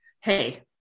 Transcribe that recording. hey